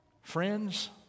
Friends